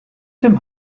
dem